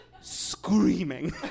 screaming